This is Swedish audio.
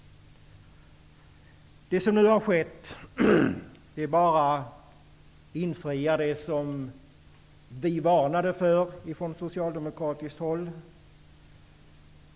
Det som nu har skett visar att det som vi varnade för från socialdemokratiskt håll stämde.